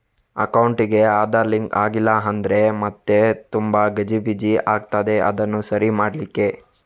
ಅಕೌಂಟಿಗೆ ಆಧಾರ್ ಲಿಂಕ್ ಆಗ್ಲಿಲ್ಲ ಅಂದ್ರೆ ಮತ್ತೆ ತುಂಬಾ ಗಜಿಬಿಜಿ ಆಗ್ತದೆ ಅದನ್ನು ಸರಿ ಮಾಡ್ಲಿಕ್ಕೆ